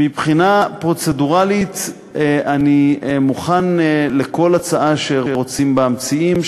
מבחינה פרוצדורלית אני מוכן לכל הצעה שרוצים בה המציעים,